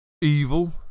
evil